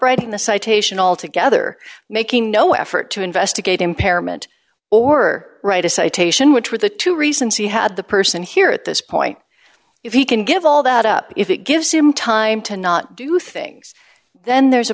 writing the citation all together making no effort to investigate impairment or write a citation which were the two reasons he had the person here at this point if he can give all that up if it gives him time to not do things then there's a